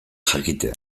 jakitea